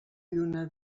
lluna